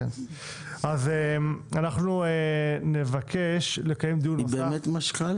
אנחנו נסיים את הדיון ונבקש לקיים דיון נוסף.